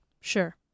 sure